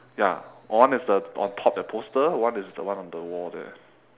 ya one is the on top that poster one is the one on the wall there